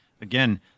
again